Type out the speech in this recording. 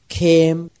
came